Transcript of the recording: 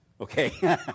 Okay